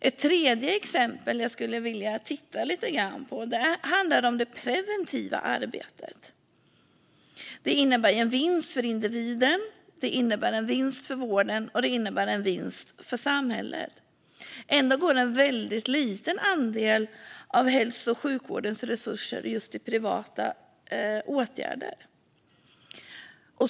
Ett tredje exempel jag skulle vilja titta lite grann på är det preventiva arbetet. Det innebär en vinst för individen, vården och samhället, men ändå går en väldigt liten andel av hälso och sjukvårdens resurser till preventiva åtgärder.